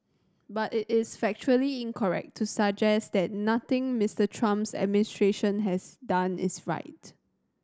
but it is factually incorrect to suggest that nothing Mister Trump's administration has done is right